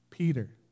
Peter